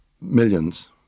millions